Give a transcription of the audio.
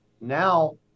now